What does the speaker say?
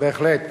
בהחלט.